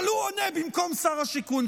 אבל הוא עונה במקום שר השיכון,